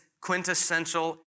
quintessential